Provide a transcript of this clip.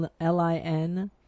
L-I-N